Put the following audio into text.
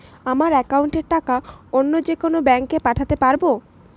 আমার একাউন্টের টাকা অন্য যেকোনো ব্যাঙ্কে পাঠাতে পারব?